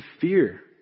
fear